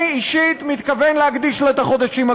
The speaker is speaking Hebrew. אני אישית מתכוון להקדיש לה את החודשים הקרובים.